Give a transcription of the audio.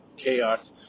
chaos